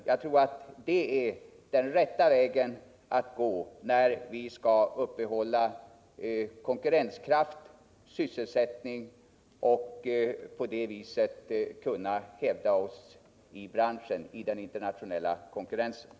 Jag tror att detta är den rätta vägen att gå när det gäller att hävda oss, upprätthålla konkurrensförmåga och sysselsättning.